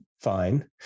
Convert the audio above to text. fine